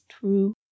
true